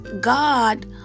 God